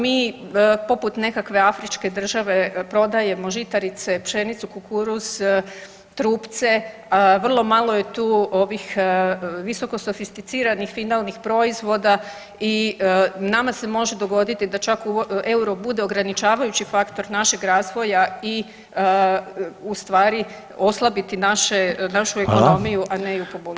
Mi poput nekakve afričke države prodajemo žitarice, pšenicu, kukuruz, trupce vrlo malo je tu visoko sofisticiranih finalnih proizvoda i nama se može dogoditi da čak euro bude ograničavajući faktor našeg razvoja i u stvari oslabiti našu ekonomiju, a ne ju poboljšati.